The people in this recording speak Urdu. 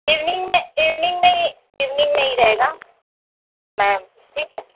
ایوننگ میں ایوننگ میں ہی ایوننگ میں ہی رہے گا میم ٹھیک ہے